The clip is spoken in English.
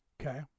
okay